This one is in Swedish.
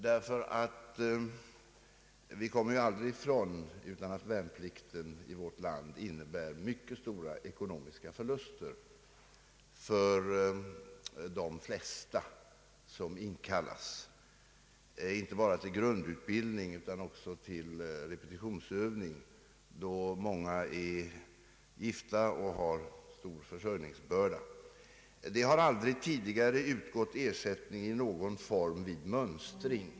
Vi kommer nämligen aldrig ifrån att värnplikten i vårt land innebär mycket stora ekonomiska förluster för de flesta som inkallas, inte bara till grundutbildning utan också till repetitionsövning. Många som deltar i dessa är gifta och har stor försörjningsbörda. Ersättning har aldrig tidigare utgått i någon form vid mönstring.